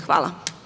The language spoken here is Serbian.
Hvala.